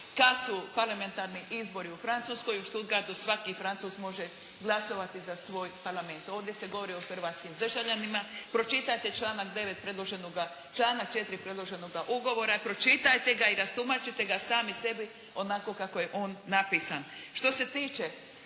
Kad su parlamentarni izbori u Francuskoj u Stuttgartu svaki Francuz može glasovati za svoj Parlament. Ovdje se govori o hrvatskim državljanima. Pročitajte članak 9. predloženoga, članak 4. predloženoga ugovora, pročitajte ga i rastumačite ga sami sebi onako kako je on napisan.